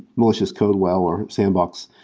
malicious code while we're sandbox,